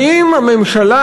ואם הממשלה,